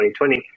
2020